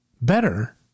better